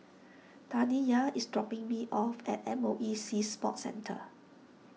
Taniyah is dropping me off at M O E Sea Sports Centre